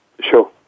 Sure